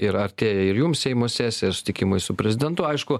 ir artėja ir jums seimo sesija ir susitikimai su prezidentu aišku